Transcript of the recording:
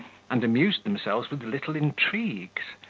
and amused themselves with little intrigues,